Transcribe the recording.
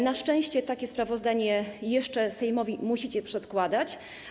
Na szczęście takie sprawozdanie jeszcze Sejmowi musicie przedkładać.